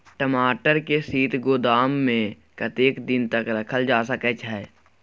टमाटर के शीत गोदाम में कतेक दिन तक रखल जा सकय छैय?